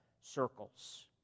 circles